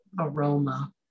aroma